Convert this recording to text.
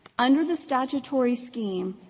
under the statutory scheme,